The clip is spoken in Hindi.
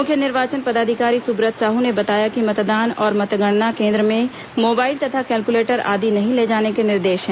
मुख्य निर्वाचन पदाधिकारी सुब्रत साहू ने बताया कि मतदान और मतगणना केंद्र में मोबाइल तथा कैलक्लेटर आदि नहीं ले जाने के निर्देश हैं